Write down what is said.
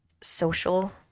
social